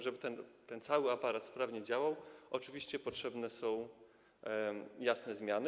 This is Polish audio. Żeby ten cały aparat sprawnie działał, oczywiście potrzebne są jasne zmiany.